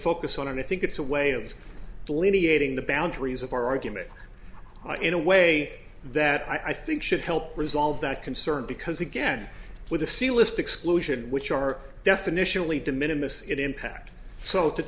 focus on and i think it's a way of delineating the boundaries of our argument in a way that i think should help resolve that concern because again with the c list exclusion which are definition only de minimus it impact so to